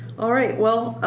alright, well,